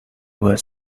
were